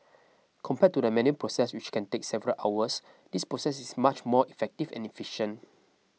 compared to the manual process which can take several hours this processes is much more effective and efficient